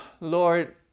Lord